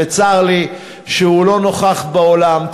וצר לי שהוא לא נוכח באולם,